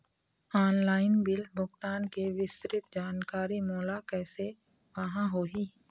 Online bill भुगतान के विस्तृत जानकारी मोला कैसे पाहां होही?